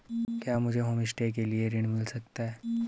क्या मुझे होमस्टे के लिए ऋण मिल सकता है?